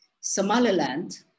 Somaliland